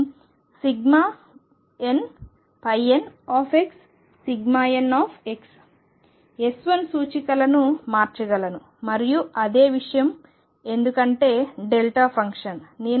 నేను nnxnx s 1 సూచికలను మార్చగలను మరియు అదే విషయం ఎందుకంటే డెల్టా ఫంక్షన్